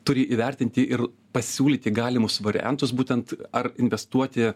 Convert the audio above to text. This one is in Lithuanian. turi įvertinti ir pasiūlyti galimus variantus būtent ar investuoti